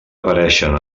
apareixen